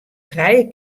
trije